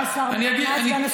מה סגן השר מציע?